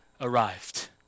arrived